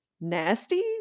nasty